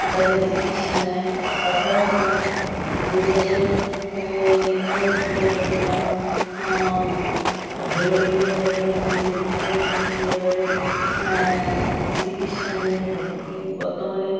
তাদের চিকিৎসা নেয় তাছাড়াও মানুষ বিদেশে গিয়ে থাকে যেমন ভেলোরে গিয়ে থাকে পন্ডিচেরি গিয়ে থাকে গিয়ে তাদের চিকিৎসা নিয়ে থাকে কী বর্তমানে